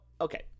okay